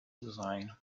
design